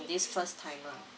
this first timer